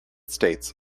states